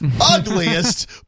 ugliest